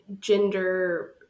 gender-